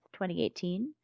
2018